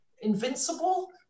invincible